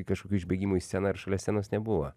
kažkokių išbėgimų į sceną ar šalia scenos nebuvo